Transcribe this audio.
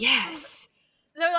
Yes